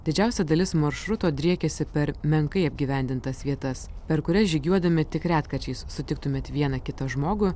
didžiausia dalis maršruto driekiasi per menkai apgyvendintas vietas per kurias žygiuodami tik retkarčiais sutiktumėt vieną kitą žmogų